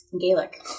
Gaelic